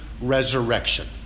resurrection